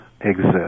exist